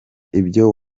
ibyo